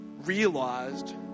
realized